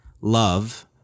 Love